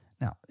Now